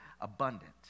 abundant